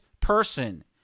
person